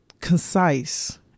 concise